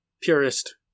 purist